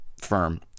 firm